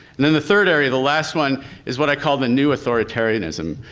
and then the third area, the last one is what i call the new authoritarianism,